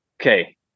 Okay